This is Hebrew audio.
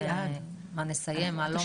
מה נסיים ומה לא,